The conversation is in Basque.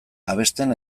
abesten